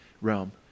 realm